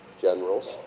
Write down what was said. generals